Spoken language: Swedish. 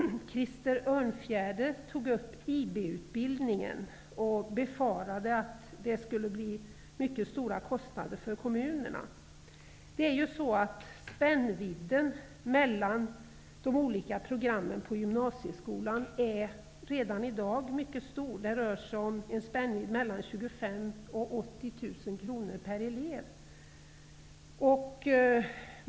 Krister Örnfjäder tog upp IB-utbildningen. Han befarar att det skall bli stora kostnader för kommunerna. Spännvidden mellan de olika programmen på gymnasieskolan är redan i dag mycket stor. Det rör sig om en spännvidd på 25 000 till 80 000 kr per elev.